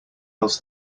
else